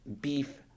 beef